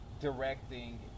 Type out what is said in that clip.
directing